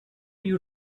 you